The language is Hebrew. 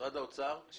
הם